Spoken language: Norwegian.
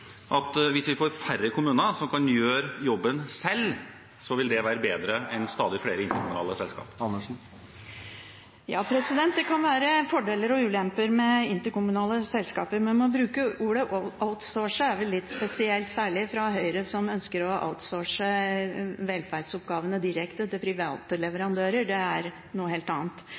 at hvis vi får færre kommuner, som kan gjøre jobben selv, vil det være bedre enn stadig flere interkommunale selskap? Ja, det kan være fordeler og ulemper med interkommunale selskaper, men å bruke ordet «outsource» er vel litt spesielt, særlig fra Høyre, som ønsker å «outsource» velferdsoppgavene direkte til private leverandører. Det er noe helt annet.